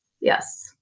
Yes